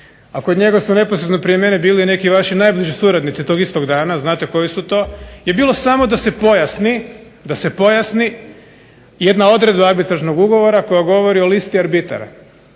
a kod njega su neposredno prije mene bili neki vaši najbliži suradnici tog istog dana, znate koji su to, je bilo samo da se pojasni jedna odredba arbitražnog ugovora koja govori o listi arbitara,